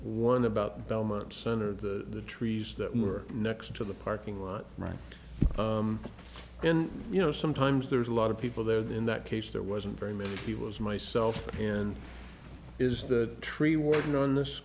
one about belmont center the trees that were next to the parking lot right and you know sometimes there's a lot of people there that in that case there wasn't very many people as myself and is the tree working on this